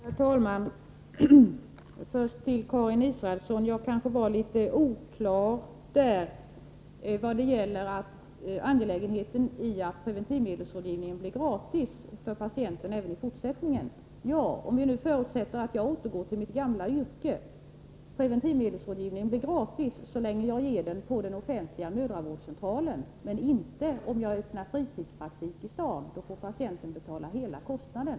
Herr talman! Först till Karin Israelsson! Jag var kanske litet oklar när jag talade om angelägenheten av att preventivmedelsrådgivningen blir gratis för patienterna även i fortsättningen. Om vi förutsätter att jag återgår till mitt gamla yrke på den offentliga mödravårdscentralen, blir preventivmedelsrådgivningen gratis för patienterna. Men det blir den inte om jag öppnar fritidspraktik i staden — då får patienten betala hela kostnaden.